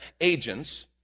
agents